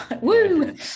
Woo